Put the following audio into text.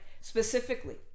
Specifically